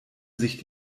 sich